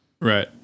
right